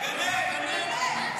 תגנה, תגנה.